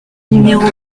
numéro